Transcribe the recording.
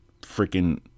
freaking